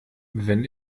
wenn